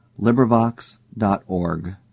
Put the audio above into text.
LibriVox.org